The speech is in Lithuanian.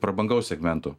prabangaus segmento